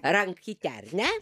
rankyte ar ne